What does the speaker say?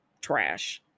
trash